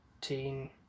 teen